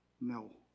No